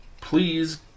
Please